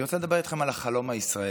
אני רוצה לדבר איתכם על החלום הישראלי.